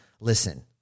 listen